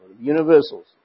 universals